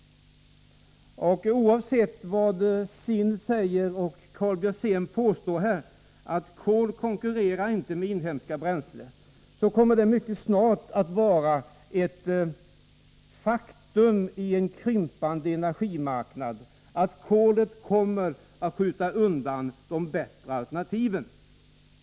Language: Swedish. Oavsett vad Sind och Karl Björzén säger om att kol inte konkurrerar med inhemska bränslen kommer det snart att vara ett faktum på en krympande energimarknad att kolet skjuter undan de bättre alternativen.